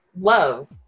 love